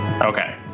Okay